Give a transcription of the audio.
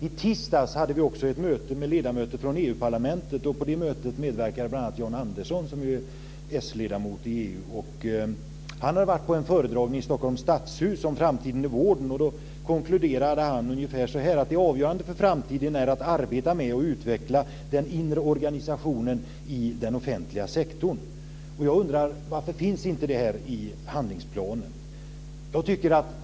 I tisdags hade vi ett möte med ledamöter från EU parlamentet, och där medverkade bl.a. Jan Andersson, som är s-ledamot i EU-parlamentet. Han hade varit på en föredragning i Stockholms stadshus om framtiden i vården, och han konkluderade det ungefär så här: Det avgörande för framtiden är att arbeta med och utveckla den inre organisationen i den offentliga sektorn. Jag undrar: Varför finns inte det här i handlingsplanen?